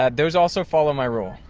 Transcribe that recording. ah those also follow my rule.